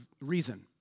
reason